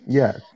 yes